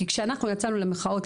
כי כשאנחנו יצאנו למחאות,